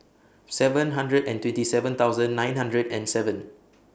seven hundred and twenty seven thousand nine hundred and seven